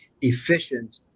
efficient